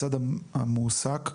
מצד המועסק,